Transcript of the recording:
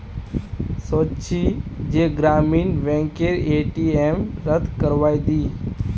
सोच छि जे ग्रामीण बैंकेर ए.टी.एम रद्द करवइ दी